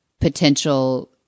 potential